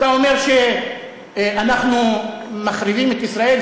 אתה אומר שאנחנו מחריבים את ישראל,